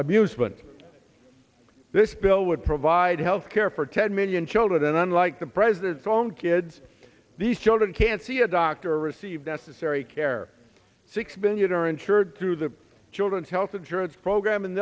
amusement this bill would provide health care for ten million children and unlike the president's own kids these children can see a doctor receive necessary care six billion are insured through the children's health insurance program and